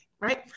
right